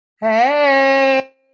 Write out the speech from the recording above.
Hey